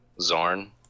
Zorn